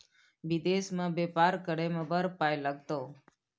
विदेश मे बेपार करय मे बड़ पाय लागतौ